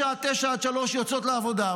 משעה 09:00 עד 15:00 יוצאות לעבודה.